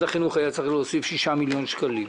החינוך היה צריך להוסיף 6 מיליון שקלים.